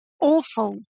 awful